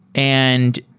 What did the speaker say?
and